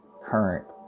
current